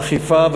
אכיפה,